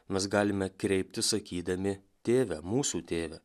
mes galime kreiptis sakydami tėve mūsų tėve